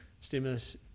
stimulus